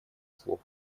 слов